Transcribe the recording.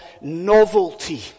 novelty